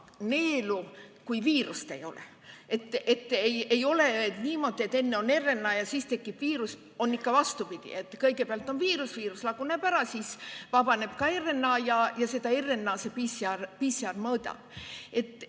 neelu, kui viirust ei ole. Ei ole niimoodi, et enne on RNA ja siis tekib viirus, vaid on ikka vastupidi, et kõigepealt on viirus, viirus laguneb ära, siis vabaneb RNA ja seda RNA-d see PCR mõõdab.